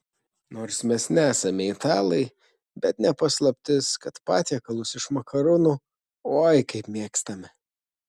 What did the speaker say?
nors mes nesame italai bet ne paslaptis kad patiekalus iš makaronų oi kaip mėgstame